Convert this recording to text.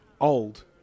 old